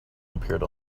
appeared